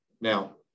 Now